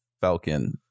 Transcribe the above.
Falcon